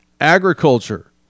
Agriculture